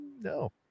no